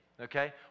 okay